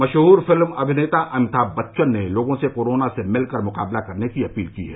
मशहूर फिल्म अभिनेता अभिताभ बच्चन ने लोगों से कोरोना से मिलकर मुकाबला करने की अपील की है